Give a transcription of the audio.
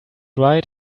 right